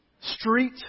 street